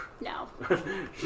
No